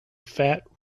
fat